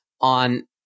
on